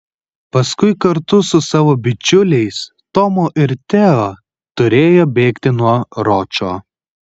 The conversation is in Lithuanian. paskui kartu su savo bičiuliais tomu ir teo turėjo bėgti nuo ročo